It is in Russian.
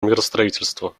миростроительства